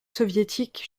soviétique